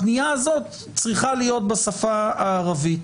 הפנייה הזאת צריכה להיות בשפה הערבית.